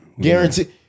Guaranteed